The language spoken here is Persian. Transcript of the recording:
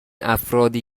افرادی